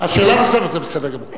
השר להגנת העורף,